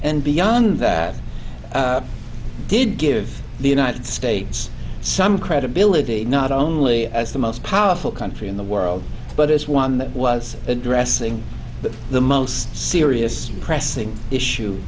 and beyond that did give the united states some credibility not only as the most powerful country in the world but as one that was addressing but the most serious pressing